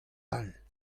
all